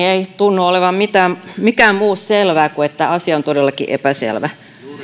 ei tunnu olevan mikään muu selvää kuin että asia on todellakin epäselvä